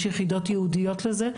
יש יחידות ייעודיות לזה.